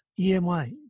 EMI